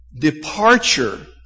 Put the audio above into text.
departure